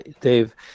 Dave